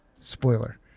spoiler